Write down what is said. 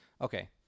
Okay